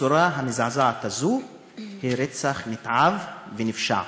בצורה המזעזעת הזאת, הוא רצח נתעב ונפשע.